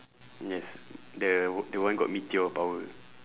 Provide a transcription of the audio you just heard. yes the the one got meteor power